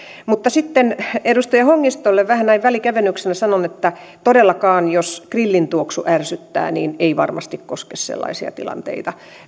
mutta sitten edustaja hongistolle vähän näin välikevennyksenä sanon että todellakaan jos grillin tuoksu ärsyttää niin tämä ei varmasti koske sellaisia tilanteita